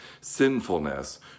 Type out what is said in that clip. Sinfulness